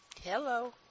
Hello